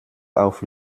auf